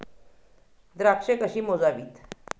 द्राक्षे कशी मोजावीत?